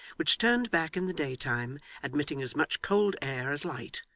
which turned back in the day-time, admitting as much cold air as light,